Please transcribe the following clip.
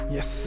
Yes